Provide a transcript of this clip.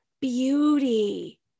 beauty